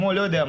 כמו לא יודע,